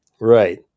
Right